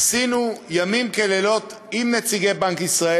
עשינו ימים כלילות עם נציגי בנק ישראל.